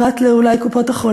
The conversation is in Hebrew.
פרט אולי לקופות-החולים,